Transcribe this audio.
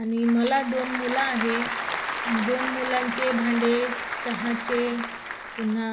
आणि मला दोन मुलं आहे दोन मुलांचे भांडे चहाचे पुन्हा